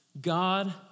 God